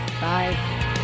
Bye